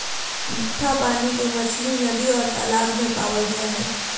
मिट्ठा पानी के मछली नदि और तालाब में पावल जा हइ